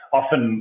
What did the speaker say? often